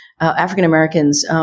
African-Americans